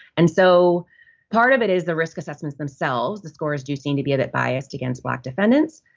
and so part of it is the risk assessments themselves. the scores do seem to be a bit biased against black defendants.